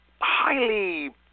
highly